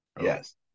Yes